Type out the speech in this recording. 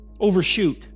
overshoot